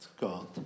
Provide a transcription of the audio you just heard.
God